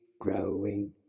growing